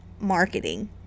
marketing